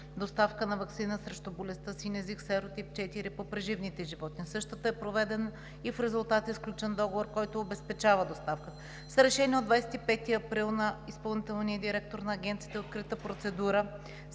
„Доставка на ваксина срещу болестта син език серотип 4 по преживните животни“. Същата е проведена и в резултат е сключен договор, който обезпечава доставката. С Решение от 25 април на изпълнителния директор на Агенцията е открита процедура